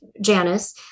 Janice